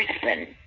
person